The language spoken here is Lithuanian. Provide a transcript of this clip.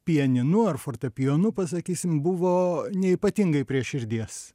pianinu ar fortepijonu pasakysim buvo neypatingai prie širdies